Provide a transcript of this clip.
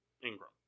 Ingram